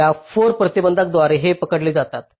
या 4 प्रतिबंधांद्वारे हे पकडले जातात